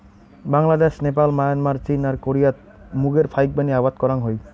Bangladesh, Nepal, Myanmar, চীন আর কোরিয়াত মুগের ফাইকবানী আবাদ করাং হই